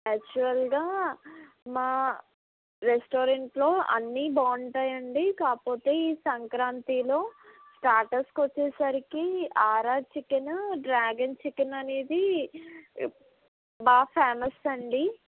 యక్చువల్గా మా రెస్టారెంట్లో అన్నీ బాగుంటాయండి కాకపోతే ఈ సంక్రాంతీలో స్టార్టర్స్కి వచ్చేసరికి ఆర్ఆర్ చికెను డ్రాగన్ చికెన్ అనేది బాగా ఫేమస్ అండీ